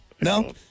No